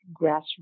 grassroots